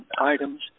items